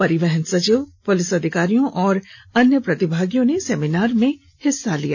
परिवहन सचिव पुलिस अधिकारियों और अन्य प्रतिभागियों ने सेमिनार में भाग लिया